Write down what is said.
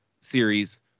series